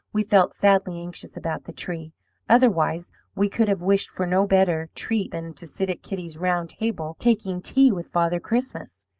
we felt sadly anxious about the tree otherwise we could have wished for no better treat than to sit at kitty's round table taking tea with father christmas.